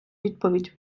відповідь